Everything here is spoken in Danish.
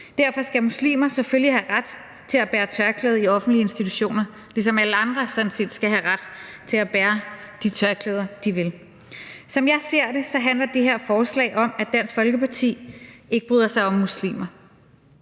Derfor skal muslimer selvfølgelig have ret til at bære tørklæde i offentlige institutioner, ligesom alle andre sådan set skal have ret til at bære de tørklæder, de vil. Som jeg ser det, handler det her forslag om, at Dansk Folkeparti ikke bryder sig om muslimer.